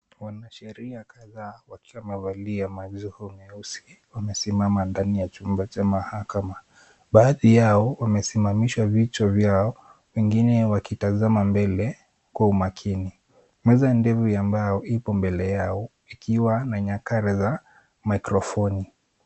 Wanasheria kadha wakiwa wamevalia majoho meusi wamesimama ndani ya chumba cha mahakama. Baadhi yao wamesimamisha vichwa vyao wengine wakitazama mbele kwa umakini. Meza ndefu ya mbao ipo mbele yao ikiwa na nyakala za mikrofoni .